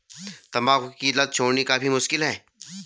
तंबाकू की लत छोड़नी काफी मुश्किल है